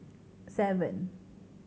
seven